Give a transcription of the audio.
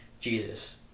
Jesus